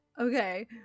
Okay